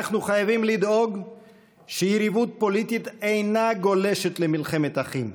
אנחנו חייבים לדאוג שיריבות פוליטית אינה גולשת למלחמת אחים,